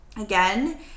again